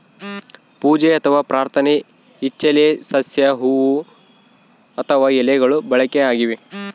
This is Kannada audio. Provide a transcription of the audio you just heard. ಪೂಜೆ ಅಥವಾ ಪ್ರಾರ್ಥನೆ ಇಚ್ಚೆಲೆ ಸಸ್ಯ ಹೂವು ಅಥವಾ ಎಲೆಗಳು ಬಳಕೆಯಾಗಿವೆ